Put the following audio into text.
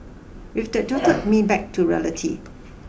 with the jolted me back to reality